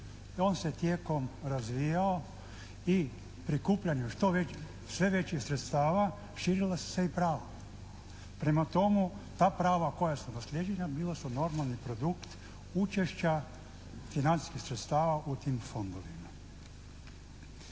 On se tijekom razvijao i prikupljanju sve većih sredstava širila su se i prava. Prema tomu, ta prava koja su naslijeđena bila su normalni produkt učešća financijskih sredstava u tim fondovima.